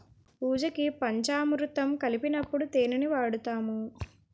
పూజకి పంచామురుతం కలిపినప్పుడు తేనిని వాడుతాము